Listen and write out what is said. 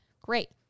great